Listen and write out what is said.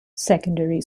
secondary